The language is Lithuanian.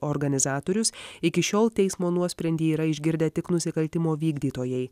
organizatorius iki šiol teismo nuosprendį yra išgirdę tik nusikaltimo vykdytojai